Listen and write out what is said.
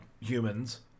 humans